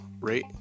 rate